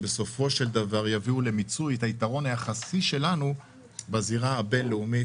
הן בסופו של דבר יביאו למיצוי את היתרון היחסי שלנו בזירה הבינלאומית.